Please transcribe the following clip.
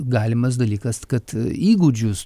galimas dalykas kad įgūdžius